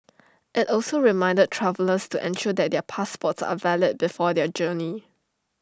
IT also reminded travellers to ensure that their passports are valid before their journey